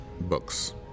books